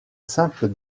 simple